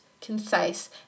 concise